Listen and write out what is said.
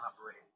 operate